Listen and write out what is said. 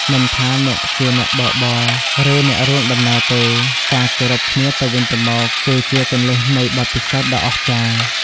មិនថាអ្នកជាអ្នកបើកបរ ឬអ្នករួមដំណើរទេ ការគោរពគ្នាទៅវិញទៅមកគឺជាគន្លឹះនៃបទពិសោធន៍ដ៏អស្ចារ្យ។